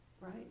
right